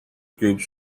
groups